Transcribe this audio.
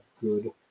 good